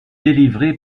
délivré